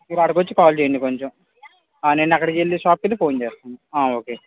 మీరు అక్కడకి వచ్చి కాల్ చేయండి కొంచెం నేను అక్కడకి వెళ్ళి షాప్కి వెళ్ళి ఫోన్ చేస్తాను ఓకే